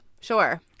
sure